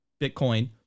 Bitcoin